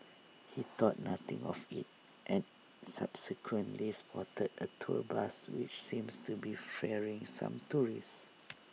he thought nothing of IT and subsequently spotted A tour bus which seems to be ferrying some tourists